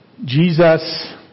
Jesus